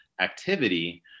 activity